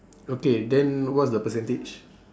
okay then what's the percentage